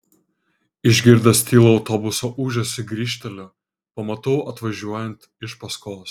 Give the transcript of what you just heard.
išgirdęs tylų autobuso ūžesį grįžteliu pamatau atvažiuojant iš paskos